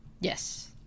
Yes